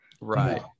Right